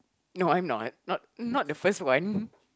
no I'm not not not the first one